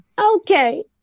Okay